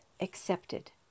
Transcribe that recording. accepted